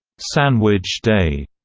sandwich day,